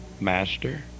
Master